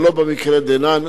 אבל לא במקרה דנן.